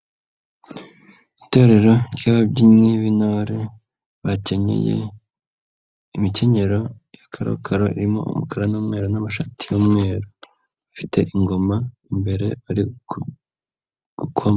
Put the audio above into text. Itorero ry'ababyinnyi b'intore, bakenyeye, imikenyero ya karokaro irimo umukara n'umweru n'amashati y'umweru. Afite ingoma, imbere ari gukoma.